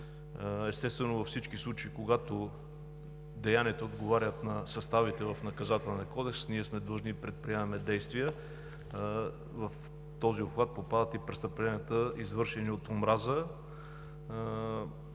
Естествено, във всички случаи, когато деянията отговарят на съставите в Наказателния кодекс, ние сме длъжни и предприемаме действия. В този обхват попадат и престъпленията, извършени от омраза,